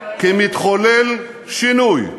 כי מתחולל שינוי,